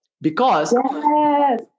Because-